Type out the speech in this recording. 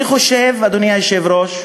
אני חושב, אדוני היושב-ראש,